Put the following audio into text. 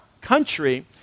country